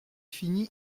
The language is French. finis